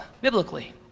biblically